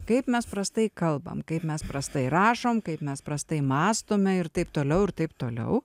kaip mes prastai kalbam kaip mes prastai rašom kaip mes prastai mąstome ir taip toliau ir taip toliau